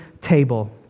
table